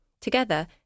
Together